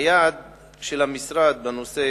היעד של המשרד בנושא